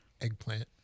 eggplant